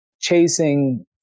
chasing